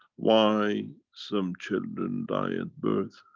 why some children die at birth,